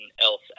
else